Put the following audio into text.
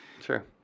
Sure